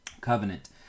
covenant